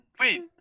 wait